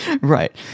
right